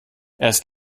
erst